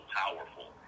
powerful